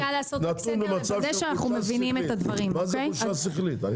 נתון במצב של חולשה שכלית, מה זה חולשה שכלית?